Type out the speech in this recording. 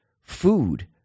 food